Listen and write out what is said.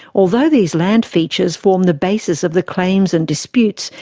although these land features form the basis of the claims and disputes,